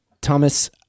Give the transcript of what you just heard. Thomas